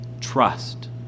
Trust